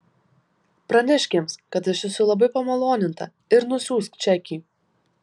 pranešk jiems kad aš esu labai pamaloninta ir nusiųsk čekį